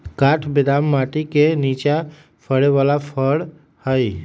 काठ बेदाम माटि के निचा फ़रे बला फ़र हइ